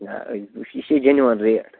یا یہِ چھِ جٮ۪نوَن ریٹ